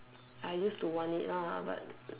I used to want it lah but